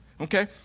Okay